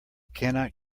cannot